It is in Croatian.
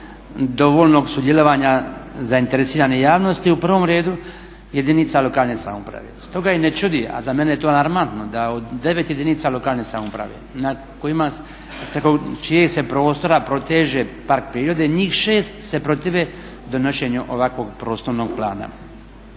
dovoljnog sudjelovanja zainteresirane javnosti u provom redu jedinica lokalne samouprave. Stoga i ne čudi, a za mene je to alarmantno da od 9 jedinica lokalne samouprave na kojima, preko čijeg se prostora proteže park prirode njih 6 se protive donošenju ovakvog prostornog plana.